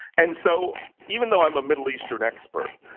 and so even though i'm a middle eastern expert,